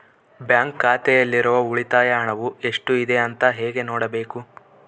Bank ಖಾತೆಯಲ್ಲಿರುವ ಉಳಿತಾಯ ಹಣವು ಎಷ್ಟುಇದೆ ಅಂತ ಹೇಗೆ ನೋಡಬೇಕು?